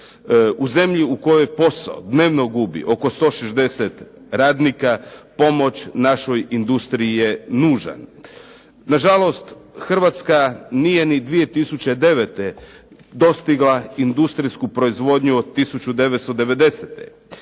U zemlji u kojoj posao dnevno gubi oko 160 radnika pomoć našoj industriji je nužna. Nažalost, Hrvatska nije ni 2009. dostigla industrijsku proizvodnju od 1990.